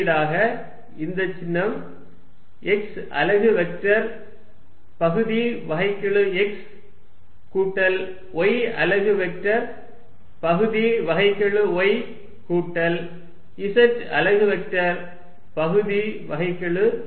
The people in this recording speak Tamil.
குறியீடாக இந்த சின்னம் x அலகு வெக்டர் பகுதி வகைக்கெழு x கூட்டல் y அலகு வெக்டர் பகுதி வகைக்கெழு y கூட்டல் z அலகு வெக்டர் பகுதி வகைக்கெழு z